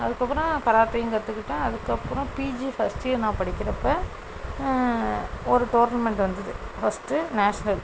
அதுக்கப்புறம் நான் கராத்தேயும் கற்றுக்கிட்டேன் அதுக்கப்புறம் பிஜி ஃபர்ஸ்ட் இயர் நான் படிக்கிறப்போ ஒரு டோர்னமென்ட் வந்துது ஃபர்ஸ்ட்டு நேஷ்னல்